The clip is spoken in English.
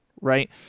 right